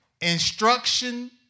instruction